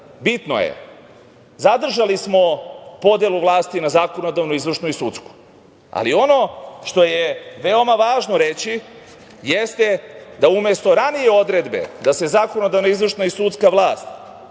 Bitno je, zadržali smo podelu vlasti na zakonodavnu, izvršnu i sudsku. Ono što je veoma važno reći jeste da umesto ranije odredbe da se zakonodavna, izvršna i sudska vlast